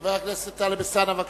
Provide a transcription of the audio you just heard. חבר הכנסת טלב אלסאנע, בבקשה.